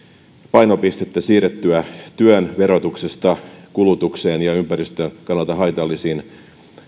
painopistettä siirrettyä työn verotuksesta kulutukseen ja ympäristön kannalta haitallisiin